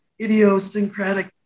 idiosyncratic